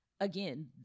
again